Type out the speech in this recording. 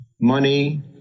money